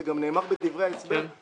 זה גם נאמר בדברי ההסבר,